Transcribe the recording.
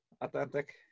authentic